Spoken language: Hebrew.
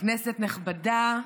כנסת נכבדה,